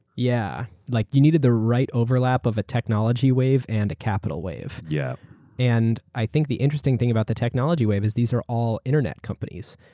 yeah. like you needed the right overlap of a technology wave and a capital wave. yeah and i think the interesting thing about the technology wave is these are all internet companies.